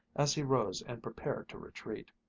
as he rose and prepared to retreat.